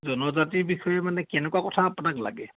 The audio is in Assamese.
জনজাতিৰ বিষয়ে মানে কেনেকুৱা কথা আপোনাক লাগে